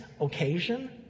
occasion